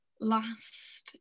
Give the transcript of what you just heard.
last